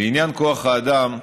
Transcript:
לעניין כוח האדם,